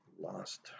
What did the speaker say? lost